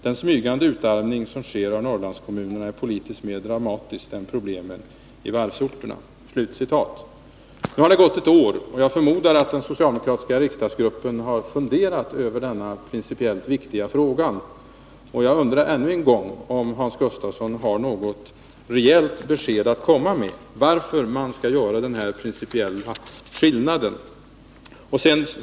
Den smygande utarmning som sker av norrlandskommunerna är politiskt mer dramatisk än problemen på varvsorterna.” Nu har det gått ett år, och jag förmodar att den socialdemokratiska riksdagsgruppen har funderat över denna principiellt viktiga fråga. Jag frågar än en gång om Hans Gustafsson har något verkligt besked om varför man skall göra den här principiella skillnaden.